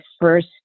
first